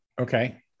Okay